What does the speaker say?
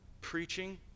preaching